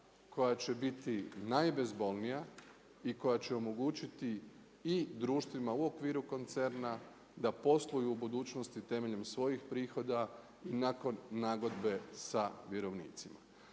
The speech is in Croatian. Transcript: koja će biti najbezbolnija i koja će omogućiti i društvima u okviru koncerna da posluju u budućnosti temeljnih svojih prihoda i nakon nagodbe sa vjerovnicima.